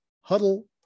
Huddle